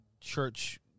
church